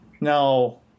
Now